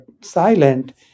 silent